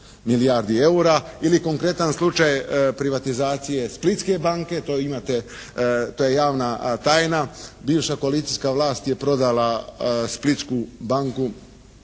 milijardi eura ili konkretan slučaj privatizacije "Splitske banke". To imate, to je javna tajna. Bivša koalicijska vlast je prodala "Splitsku banku"